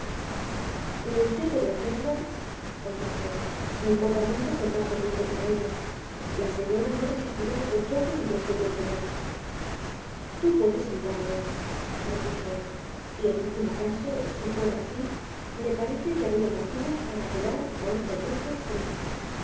ni usted debe hacerlo contesté ni podrá nunca contar conmigo para ello la señora no resistirá otro choque entre usted y el señor tú puedes evitarlo repuso él y en último caso si fuera así me parece que habría motivos para apelar a un recurso extremo